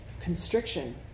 constriction